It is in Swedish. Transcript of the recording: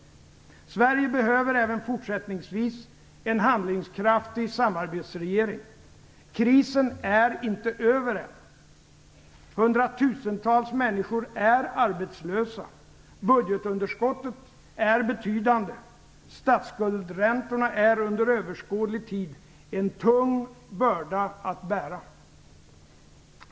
Sverige behöver även fortsättningsvis en handlingskraftig samarbetsregering. Krisen är inte över än. Hundratusentusentals människor är arbetslösa. Budgetunderskottet är betydande. Statsskuldräntorna är under överskådlig tid en tung börda att bära.